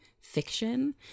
fiction